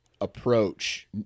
approach